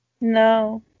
No